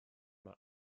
mae